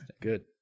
Good